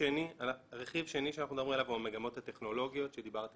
שני שאנחנו מדברים עליו הוא המגמות הטכנולוגיות שדיברתי